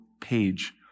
page